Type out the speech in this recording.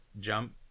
jump